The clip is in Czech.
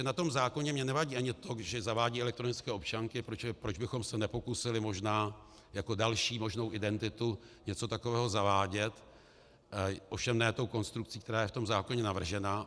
Na tom zákonu mi nevadí ani to, že zavádí elektronické občanky, protože proč bychom se nepokusili možná jako další možnou identitu něco takového zavádět, ovšem ne konstrukcí, která je v zákoně navržena.